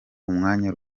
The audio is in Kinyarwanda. umwanya